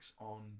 On